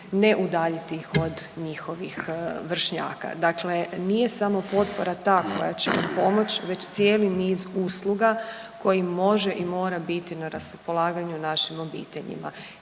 ne udaljiti iz od njihovih vršnjaka. Dakle nije samo potpora ta koja će pomoći već cijeli niz usluga koji može i mora biti na raspolaganju našim obiteljima,